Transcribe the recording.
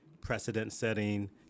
precedent-setting